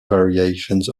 variations